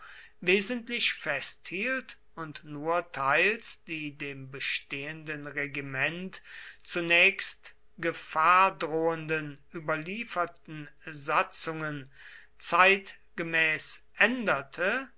wesentlich festhielt und nur teils die dem bestehenden regiment zunächst gefahr drohenden überlieferten satzungen zeitgemäß änderte